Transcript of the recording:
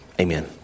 Amen